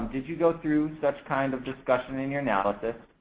did you go through such kind of discussion in your analysis?